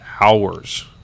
hours